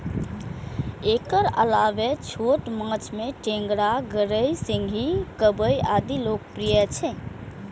एकर अलावे छोट माछ मे टेंगरा, गड़ई, सिंही, कबई आदि लोकप्रिय छै